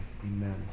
Amen